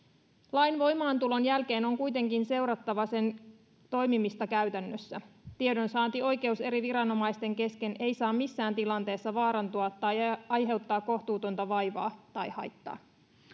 lain voimaantulon jälkeen on kuitenkin seurattava sen toimimista käytännössä tiedonsaantioikeus eri viranomaisten kesken ei saa missään tilanteessa vaarantua tai aiheuttaa kohtuutonta vaivaa tai haittaa